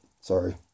Sorry